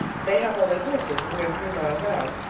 they have only horses, and we are three miles out,